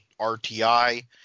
RTI